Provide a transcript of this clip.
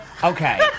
Okay